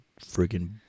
friggin